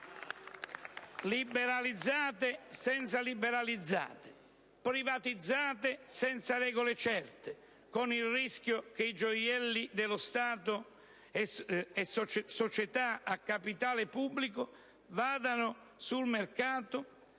Liberalizzate senza liberalizzare, privatizzate senza regole certe, con il rischio che i gioielli dello Stato e società a capitale pubblico vadano sul mercato,